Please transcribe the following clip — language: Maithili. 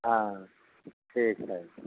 हाँ ठीक हय